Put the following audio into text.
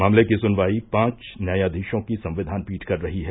मामले की सुनवाई पांच न्यायाधीशों की संविधान पीठ कर रही है